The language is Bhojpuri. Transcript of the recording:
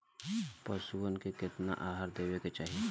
पशुअन के केतना आहार देवे के चाही?